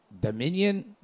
Dominion